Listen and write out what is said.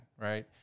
right